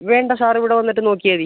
വേണ്ട സാർ ഇവിടെ വന്നിട്ട് നോക്കിയാൽ മതി